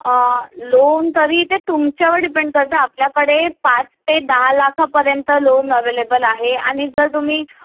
loan तरी ते तुमच्यावर डिपेंड करत आपल्याकडे पाच ते दहा लाखापर्यंत लोन अवेलेबल आहे आणि जर तुम्ही